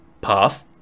path